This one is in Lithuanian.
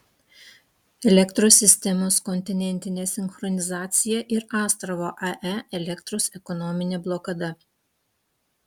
elektros sistemos kontinentinė sinchronizacija ir astravo ae elektros ekonominė blokada